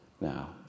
now